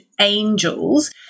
angels